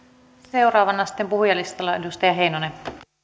seuraavana sitten puhujalistalla edustaja heinonen